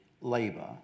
Labour